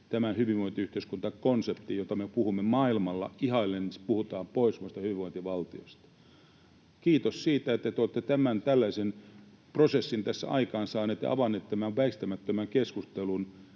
tämän hyvinvointiyhteiskuntakonseptin, josta puhutaan maailmalla, kun ihaillen puhutaan pohjoismaisesta hyvinvointivaltiosta. Kiitos siitä, että te olette tällaisen prosessin tässä aikaansaaneet ja avanneet tämän väistämättömän keskustelun.